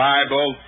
Bible